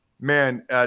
man